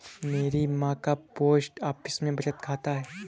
मेरी मां का पोस्ट ऑफिस में बचत खाता है